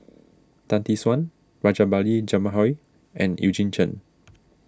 Tan Tee Suan Rajabali Jumabhoy and Eugene Chen